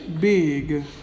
big